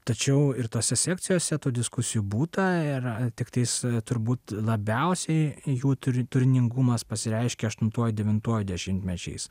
tačiau ir tose sekcijose tų diskusijų būta yra tiktais turbūt labiausiai jų turi turtingumas pasireiškia aštuntuoju devintuoju dešimtmečiais